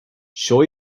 sure